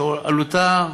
שעלותה,